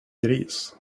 gris